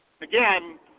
again